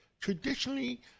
traditionally